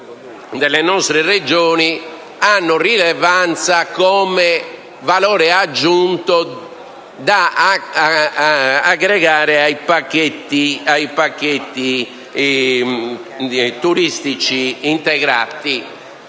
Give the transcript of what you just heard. delle nostre Regioni, hanno rilevanza come valore aggiunto da aggregare ai pacchetti turistici integrati.